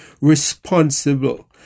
responsible